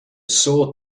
sword